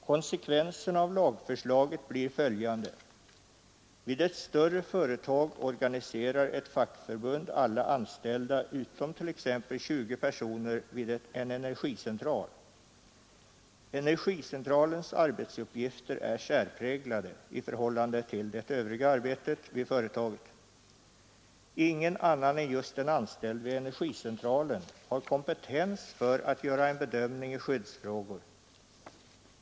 Konsekvenserna av lagförslaget blir följande: Vid ett större företag organiserar ett fackförbund alla anställda utom t.ex. 20 personer vid en energicentral. Energicentralens arbetsuppgifter är särpräglade i förhållande till det övriga arbetet vid företaget. Ingen annan än just en anställd vid energicentralen har kompetens för att göra en bedömning i skyddsfrågor.